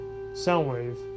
Soundwave